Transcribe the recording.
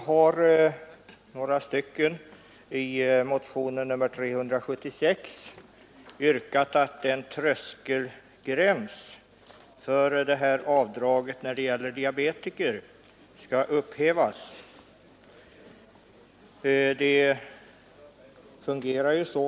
Herr talman! I motionen 376 har vi yrkat att inkomstgränsen för extra avdrag för diabetiker skall upphävas.